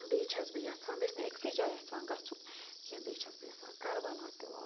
بیٚیہِ چھَس بہٕ یَژھان بہٕ چھَس نہٕ أکۍسٕے جایہِ یژھان گژھُن کینٛہہ بیٚیہِ چھَس بہٕ یَژھان کَربَلا تہِ واتُن